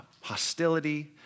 hostility